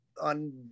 on